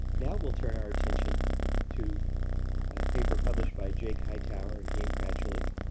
now we'll turn our attention to paper published by jake hightower and ian kracalik,